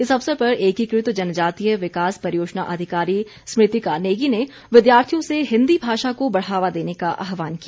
इस अवसर पर एकीकृत जनजातीय विकास परियोजना अधिकारी स्मृतिका नेगी ने विद्यार्थियों से हिंदी भाषा को बढ़ावा देने का आहवान किया